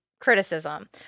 criticism